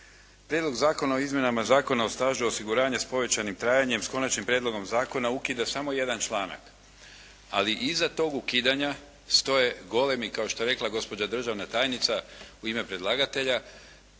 Prijedlog zakona o izmjenama Zakona o stažu osiguranja s povećanim trajanjem s konačnim prijedlogom zakona ukida samo jedan članak ali iza tog ukidanja stoje golemi kao što je rekla gospođa državna tajnica u ime predlagatelja,